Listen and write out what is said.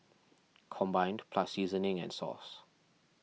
combined plus seasoning and sauce